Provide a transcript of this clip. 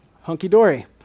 hunky-dory